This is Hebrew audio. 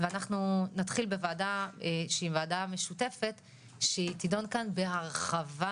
ואנחנו נתחיל בוועדה שהיא וועדה משותפת שהיא תידון כאן בהרחבה